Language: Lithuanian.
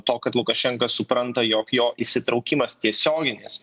to kad lukašenka supranta jog jo įsitraukimas tiesioginis